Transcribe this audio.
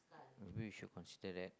maybe we should consider that